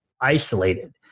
isolated